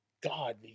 God